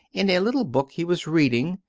in a little book he was reading,